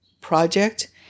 project